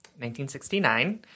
1969